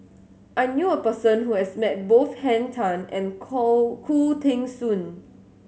I knew a person who has met both Henn Tan and Khoo Teng Soon